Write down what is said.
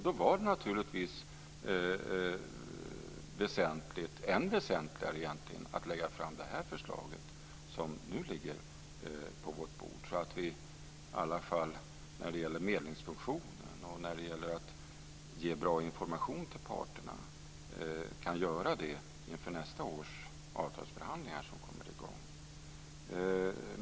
Då var det naturligtvis än väsentligare att lägga fram det här förslaget som nu ligger på vårt bord så att vi i alla fall när det gäller medlingsfunktionen och att ge bra information till parterna kan göra det inför nästa års avtalsförhandlingar som kommer i gång.